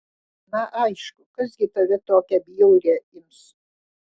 na aišku kas gi tave tokią bjaurią ims